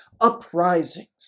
uprisings